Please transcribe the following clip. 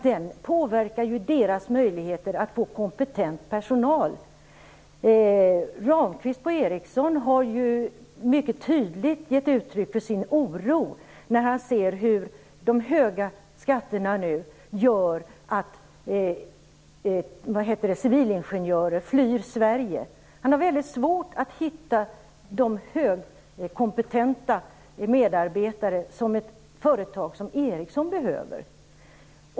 Den påverkar deras möjligheter att få kompetent personal. Ramqvist på Ericsson har mycket tydligt givit uttryck för sin oro när han ser hur de höga skatterna nu gör att civilingenjörer flyr Sverige. Han har väldigt svårt att hitta de högkompetenta medarbetare som ett företag som Ericsson behöver.